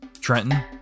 Trenton